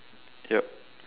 yup